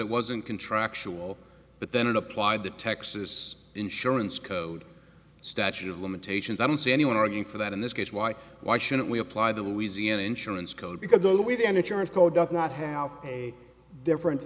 it wasn't contractual but then it applied to texas insurance code statute of limitations i don't see anyone arguing for that in this case why why shouldn't we apply the louisiana insurance code because those with an insurance co does not have a different